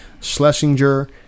Schlesinger